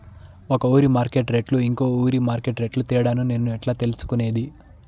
ఒక ఊరి మార్కెట్ రేట్లు ఇంకో ఊరి మార్కెట్ రేట్లు తేడాను నేను ఎట్లా తెలుసుకునేది?